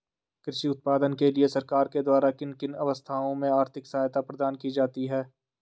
कृषि उत्पादन के लिए सरकार के द्वारा किन किन अवस्थाओं में आर्थिक सहायता प्रदान की जाती है?